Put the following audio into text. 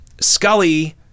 Scully